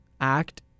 act